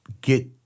get